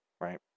Right